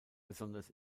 besonders